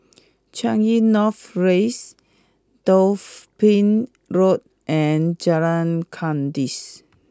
Changi North Raise Road and Jalan Kandis